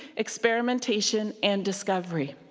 experimentation, and discovery.